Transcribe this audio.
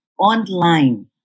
online